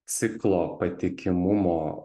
ciklo patikimumo